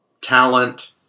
talent